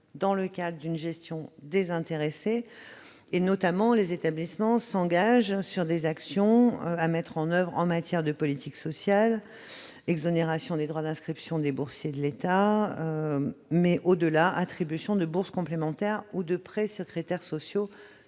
dans le cadre d'une gestion désintéressée. Les établissements s'engagent notamment sur des actions à mettre en oeuvre en matière de politique sociale : exonération des droits d'inscription des boursiers de l'État et attribution de bourses complémentaires ou de prêts sur critères sociaux